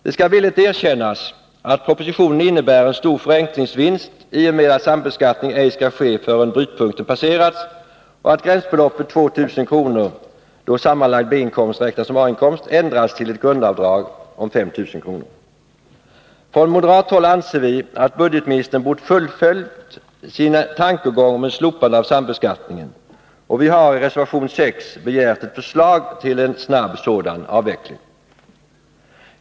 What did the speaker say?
Det skall villigt erkännas att propositionen innebär en stor förenklingsvinst i och med att sambeskattning ej skall ske förrän brytpunkten passeras och gränsbeloppet 2 000 kr., då sammanlagd B-inkomst räknas som A-inkomst, ändrats till ett grundavdrag om 5 000 kr. Från moderat håll anser vi att budgetministern borde ha fullföljt sin tankegång om ett slopande av sambeskattningen, och vi har i reservation 6 begärt ett förslag till en snabb sådan avveckling.